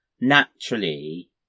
naturally